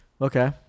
Okay